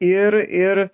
ir ir